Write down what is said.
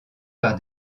par